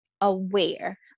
aware